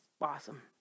awesome